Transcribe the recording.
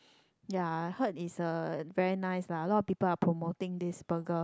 ya I heard it's uh very nice lah a lot of people are promoting this burger